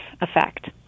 effect